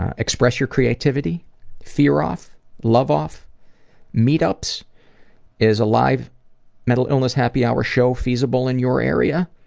express your creativity fear-off love-off meet ups is a live mental illness happy hour show feasible in your area?